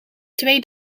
twee